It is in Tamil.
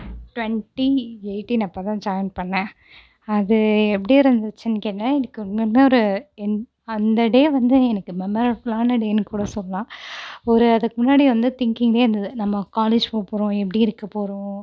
டுவென்ட்டி எயிட்டின் அப்போதான் ஜாயின் பண்ணேன் அது எப்படி இருந்துச்சுன்னு கேட்டால் எனக்கு இன்னுமும் ஒரு அந்த டே வந்து எனக்கு மெமரபுலான டேன்னு கூட சொல்லலாம் ஒரு அதுக்கு முன்னாடி வந்து திங்கிங்லியே இருந்தது நம்ம காலேஜ் போ போகிறோம் எப்படி இருக்கப்போகிறோம்